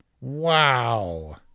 Wow